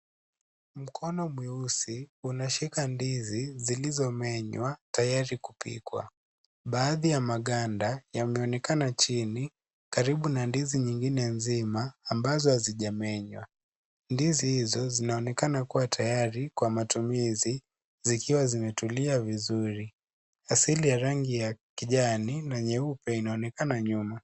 Mkono mweusi unashika ndizi zilizomenywa tayari kupikwa. Baadhi ya maganda yameonekana chini karibu na ndizi nyingine nzima ambazo hazijamenywa. Ndizi hizo zinaonekana kuwa tayari kwa matumizi zikiwa zimetulia vizuri. Asili ya rangi ya kijani na nyeupe inaonekana nyuma.